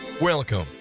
welcome